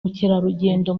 bukerarugendo